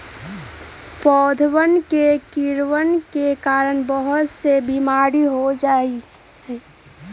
पौधवन में कीड़वन के कारण बहुत से बीमारी हो जाहई